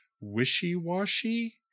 wishy-washy